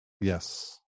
yes